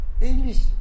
English